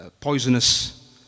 poisonous